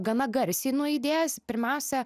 gana garsiai nuaidėjęs pirmiausia